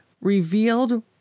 revealed